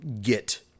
get